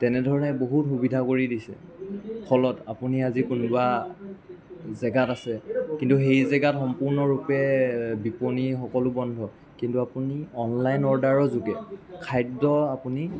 তেনেধৰণে বহুত সুবিধা কৰি দিছে ফলত আপুনি আজি কোনোবা জেগাত আছে কিন্তু সেই জেগাত সম্পূৰ্ণৰূপে বিপণী সকলো বন্ধ কিন্তু আপুনি অনলাইন অৰ্ডাৰৰ যোগে খাদ্য আপুনি